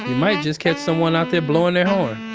might just catch someone out there blowing their horn.